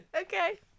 Okay